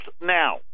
now